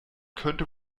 könnte